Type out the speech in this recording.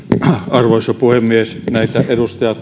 arvoisa puhemies näitä edustaja